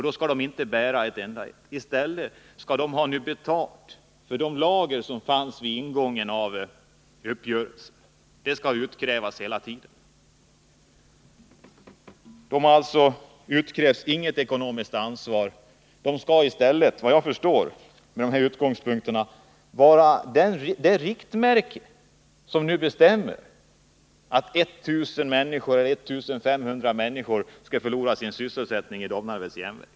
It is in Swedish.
Ändå skall inte dessa företag bära förlusterna, utan i stället skall de ha betalt för de lager som fanns vid ingången av uppgörelsen. Företagen har alltså inte avkrävts något ekonomiskt ansvar. Riktmärket skall, vad jag kan förstå, i stället vara att I 000 eller 1 500 människor skall förlora sin sysselsättning vid Domnarvets Jernverk.